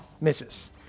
Misses